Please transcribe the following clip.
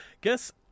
guess